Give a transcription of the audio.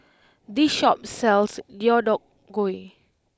this shop sells Deodeok Gui